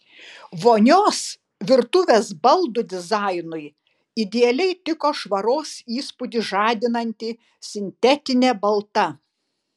vonios virtuvės baldų dizainui idealiai tiko švaros įspūdį žadinanti sintetinė balta